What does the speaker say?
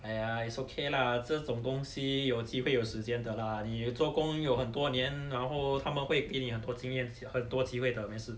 !aiya! it's okay lah 这种东西有机会有时间的啦你做工有很多年然后他们会给你很多经验很多机会的没事